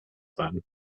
sein